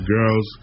Girls